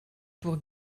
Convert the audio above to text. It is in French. pour